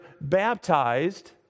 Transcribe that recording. baptized